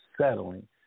settling